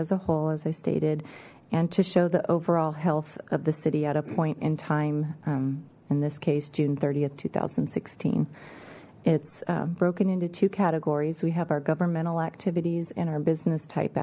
as a whole as i stated and to show the overall health of the city at a point in time in this case june th two thousand and sixteen it's broken into two categories we have our governmental activities and our business type